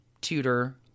tutor